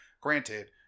Granted